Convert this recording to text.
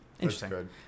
Interesting